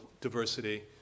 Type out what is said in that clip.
diversity